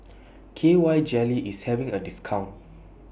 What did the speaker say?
K Y Jelly IS having A discount